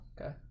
okay